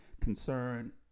concern